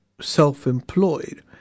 self-employed